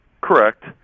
Correct